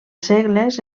segles